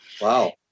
Wow